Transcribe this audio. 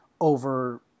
over